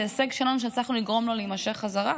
זה הישג שלנו שהצלחנו לגרום לו להימשך חזרה,